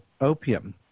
opium